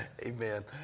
Amen